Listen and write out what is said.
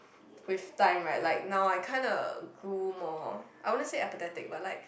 with times right like now I kinda grew more I wanna say apathetic but like